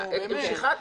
נו באמת.